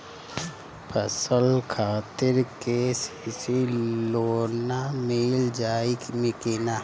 फसल खातिर के.सी.सी लोना मील जाई किना?